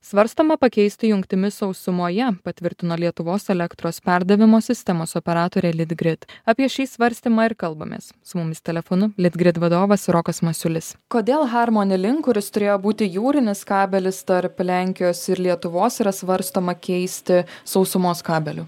svarstoma pakeisti jungtimis sausumoje patvirtino lietuvos elektros perdavimo sistemos operatorė litgrid apie šį svarstymą ir kalbamės su mumis telefonu litgrid vadovas rokas masiulis kodėl harmoni link kuris turėjo būti jūrinis kabelis tarp lenkijos ir lietuvos yra svarstoma keisti sausumos kabeliu